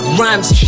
rhymes